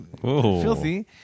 filthy